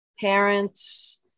parents